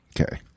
okay